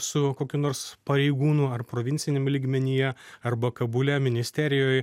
su kokiu nors pareigūnu ar provinciniam lygmenyje arba kabule ministerijoj